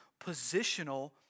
positional